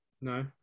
No